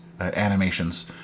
animations